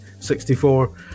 64